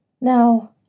Now